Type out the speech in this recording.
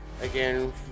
again